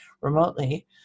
remotely